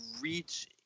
reach